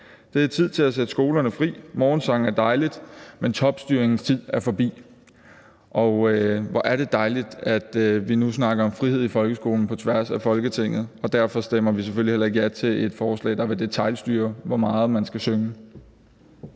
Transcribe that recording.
er tid til at sætte skolerne fri/morgensang er dejligt, men topstyringens tid er forbi. Hvor er det dejligt, at vi nu snakker om frihed i folkeskolen på tværs af Folketinget, og derfor stemmer vi selvfølgelig heller ikke ja til et forslag, der vil detailstyre, hvor meget man skal synge.